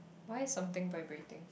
why something vibrating